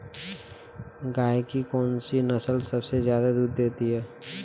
गाय की कौनसी नस्ल सबसे ज्यादा दूध देती है?